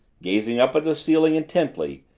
gazing up at the ceiling intently,